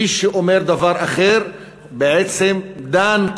מי שאומר דבר אחר בעצם דן,